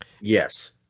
Yes